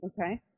Okay